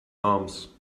arms